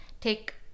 take